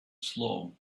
slow